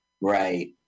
Right